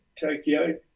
Tokyo